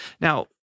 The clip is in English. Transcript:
now